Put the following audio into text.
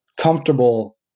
comfortable